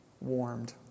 warmed